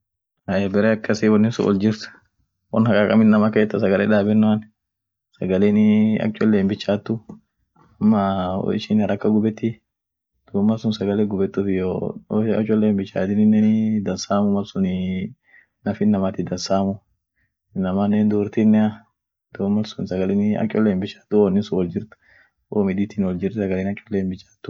bare akasi wo wonin sun oljirt won hakaakam inama keet mal sagale daabenoa sagalen ak dansa hinbichaatu, ama haraka gubeti, duum sagale gubetii woishin dansa hinbichaanen dansaami, naf inamaati dansaamu, inamaanen hinduurtiinea, woibidiin oljir sagalen akdansa hinbichaatu,